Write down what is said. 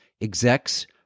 execs